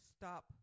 stop